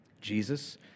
Jesus